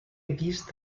vist